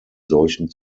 solchen